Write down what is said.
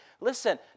Listen